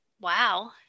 Wow